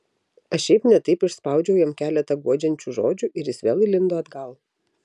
aš šiaip ne taip išspaudžiau jam keletą guodžiančių žodžių ir jis vėl įlindo atgal